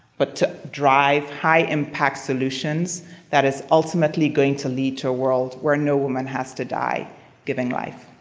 but to drive high-impact solutions that is ultimately going to lead to a world where no woman has to die giving life.